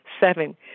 Seven